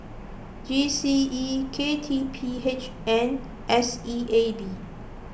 G C E K T P H and S E A B